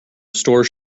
store